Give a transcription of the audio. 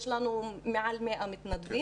יש לנו מעל 100 מתנדבים.